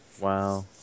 Wow